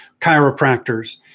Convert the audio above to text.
chiropractors